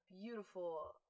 beautiful